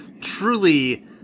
truly